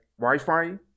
Wi-Fi